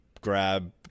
grab